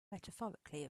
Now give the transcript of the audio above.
metaphorically